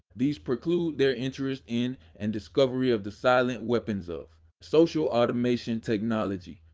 these preclude their interest in and discovery of the silent weapons of social automation technology.